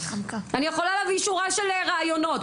אני יכולה להביא שורה של רעיונות,